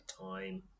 time